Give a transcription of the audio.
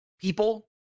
people